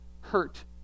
hurt